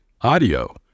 Audio